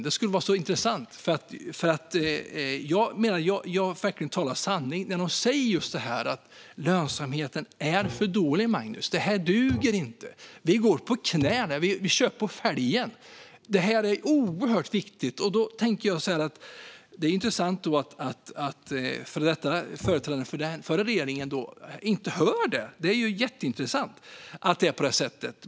Det skulle vara så intressant, för jag talar verkligen sanning om att de säger att lönsamheten är för dålig. Det här duger inte, Magnus, säger de. Vi går på knäna. Vi kör på fälgen! Det är jätteintressant att företrädaren för den förra regeringen inte hör detta.